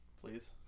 please